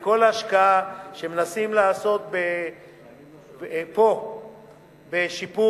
ועל כל ההשקעה שמנסים לעשות פה לשיפור